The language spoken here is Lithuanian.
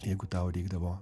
jeigu tau reikdavo